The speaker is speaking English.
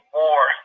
more